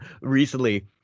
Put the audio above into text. recently